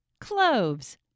cloves